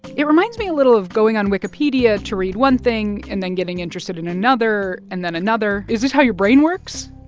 it reminds me a little of going on wikipedia to read one thing and then getting interested in another and then another is this how your brain works?